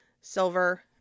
silver